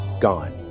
gone